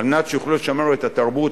על מנת שיוכלו לשמר את התרבות,